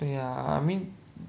对 ah I mean